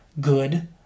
good